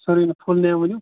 سَر یٚم نہَ full name ؤنِو